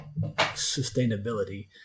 sustainability